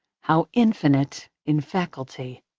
how infinite in faculty!